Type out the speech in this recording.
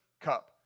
cup